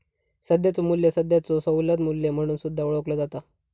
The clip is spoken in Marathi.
सध्याचो मू्ल्य सध्याचो सवलत मू्ल्य म्हणून सुद्धा ओळखला जाता